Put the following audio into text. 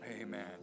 Amen